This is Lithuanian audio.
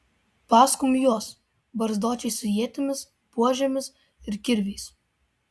paskum juos barzdočiai su ietimis buožėmis ir kirviais